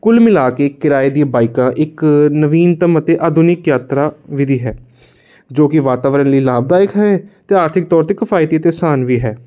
ਕੁੱਲ ਮਿਲਾ ਕੇ ਕਿਰਾਏ ਦੀਆਂ ਬਾਈਕਾਂ ਇੱਕ ਨਵੀਨਤਮ ਅਤੇ ਆਧੁਨਿਕ ਯਾਤਰਾ ਵਿਧੀ ਹੈ ਜੋ ਕਿ ਵਾਤਾਵਰਨ ਲਈ ਲਾਭਦਾਇਕ ਹੈ ਅਤੇ ਆਰਥਿਕ ਤੌਰ 'ਤੇ ਕਿਫਾਇਤੀ ਅਤੇ ਅਸਾਨ ਵੀ ਹੈ